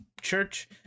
church